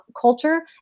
culture